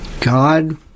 God